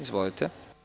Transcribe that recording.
Izvolite.